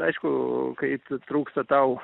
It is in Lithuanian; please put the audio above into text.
aišku kai t trūksta tau